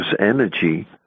energy